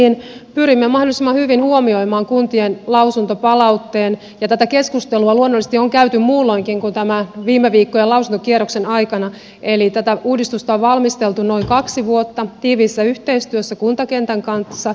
pyrimme mahdollisimman hyvin huomioimaan kuntien lausuntopalautteen ja tätä keskustelua on luonnollisesti käyty muulloinkin kuin tämän viime viikkojen lausuntokierroksen aikana eli tätä uudistusta on valmisteltu noin kaksi vuotta tiiviissä yhteistyössä kuntakentän kanssa